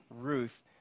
Ruth